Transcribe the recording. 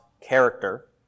character